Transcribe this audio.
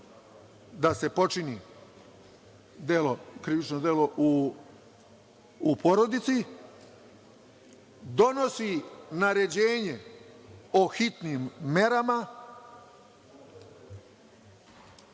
da se počini krivično delo u porodici, donosi naređenje o hitnim merama.